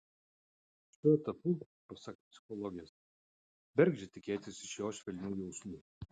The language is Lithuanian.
šiuo etapu pasak psichologės bergždžia tikėtis iš jo švelnių jausmų